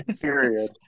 Period